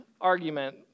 argument